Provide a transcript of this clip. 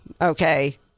Okay